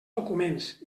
documents